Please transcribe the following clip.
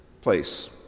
place